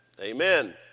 amen